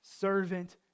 servant